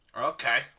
Okay